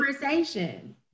conversation